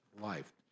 life